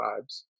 vibes